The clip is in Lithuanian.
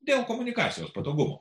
dėl komunikacijos patogumo